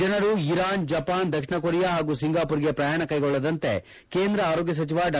ಜನರು Iran Japan ದಕ್ಷಿಣ Korea ಹಾಗೂ ಸಿಂಗಾಮರ್ಗೆ ಪ್ರಯಾಣ ಕೈಗೊಳ್ಳದಂತೆ ಕೇಂದ್ರ ಆರೋಗ್ಯ ಸಚಿವ ಡಾ